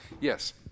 Yes